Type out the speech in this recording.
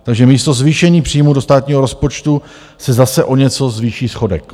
Takže místo zvýšení příjmů do státního rozpočtu se zase o něco zvýší schodek.